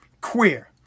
queer